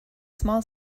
small